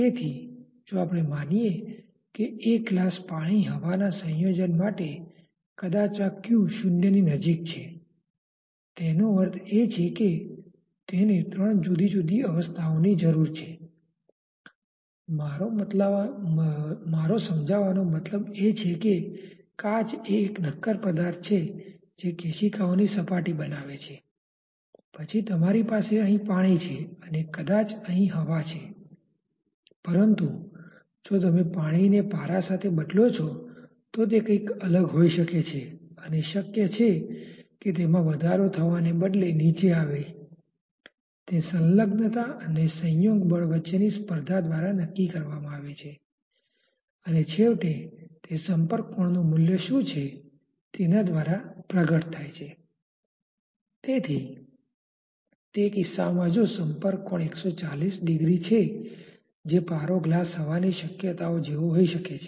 હવે ચાલો આપણે જોઈએ કે નિયંત્રણ વોલ્યુમની કંટ્રોલ વોલ્યુમ control volume વૈકલ્પિક પસંદગી શું હોઈ શકે છે જે ફક્ત આ કોયડાને થોડી વધુ અલગ સુંદર રીતે ગણવું તે ખરાબ રીત નથી પરંતુ કોઈપણ તે રીતે એટલે કે થોડી વધુ અલગ રીતે ગણવા નું પણ પસંદ કરી શકે છે